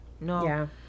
no